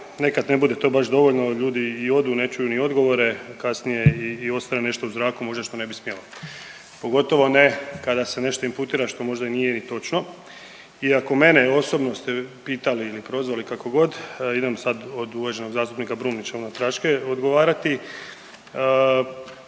nekad ne bude to baš dovoljno. Ljudi i odu, ne čuju ni odgovore, a kasnije i ostane nešto u zraku možda što ne bi smjelo pogotovo ne kada se nešto inputira što možda nije ni točno. I ako mene osobno ste pitali ili prozvali kako god idem sad od uvaženog zastupnika Brumnića unatraške odgovarati.